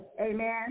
Amen